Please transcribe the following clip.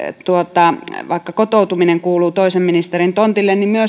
vaikka kotoutuminen kuuluu toisen ministerin tontille niin myös